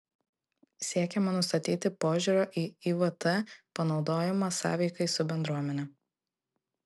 siekiama nustatyti požiūrio į ivt panaudojimą sąveikai su bendruomene